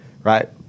right